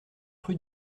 rue